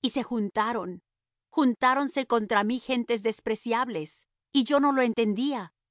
y se juntaron juntáronse contra mí gentes despreciables y yo no lo entendía